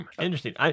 Interesting